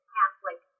Catholic